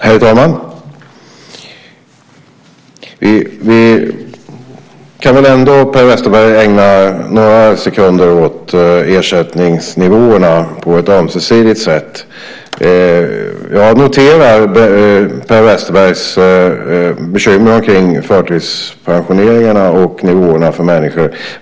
Herr talman! Vi kan väl ändå, Per Westerberg, ägna några sekunder åt ersättningsnivåerna på ett ömsesidigt sätt. Jag noterar Per Westerbergs bekymmer kring förtidspensioneringarna och nivåerna för människor.